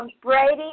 Brady